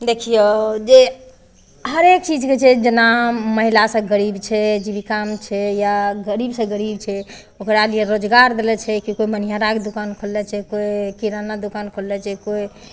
देखियौ जे हरेक चीज होइ छै जेना महिला सब गरीब छै जीविकामे छै या गरीबसँ गरीब छै ओकरा लिए रोजगार देले छै केओ कोइ मनिहाराके दोकान खोलने छै केओ किराना दोकान खोलने छै केओ